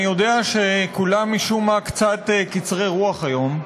אני יודע שכולם משום מה קצת קצרי רוח היום,